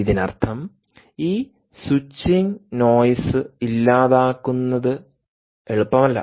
ഇതിനർത്ഥം ഈ switching noise ഇല്ലാതാക്കുന്നത് എളുപ്പമല്ല